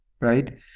Right